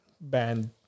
band